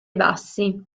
bassi